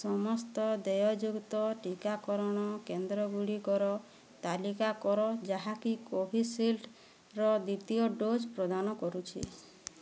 ସମସ୍ତ ଦେୟଯୁକ୍ତ ଟିକାକରଣ କେନ୍ଦ୍ର ଗୁଡ଼ିକର ତାଲିକା କର ଯାହାକି କୋଭିଶିଲ୍ଡର ଦ୍ୱିତୀୟ ଡୋଜ୍ ପ୍ରଦାନ କରୁଛି